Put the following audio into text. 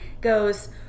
goes